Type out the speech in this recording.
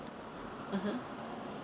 mmhmm